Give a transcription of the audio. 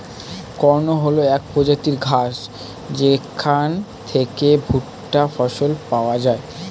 corn হল এক প্রজাতির ঘাস যেখান থেকে ভুট্টা ফসল পাওয়া যায়